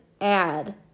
add